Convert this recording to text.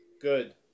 Good